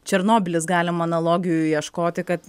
černobylis galim analogijų ieškoti kad